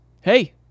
Hey